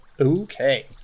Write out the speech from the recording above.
okay